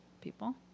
people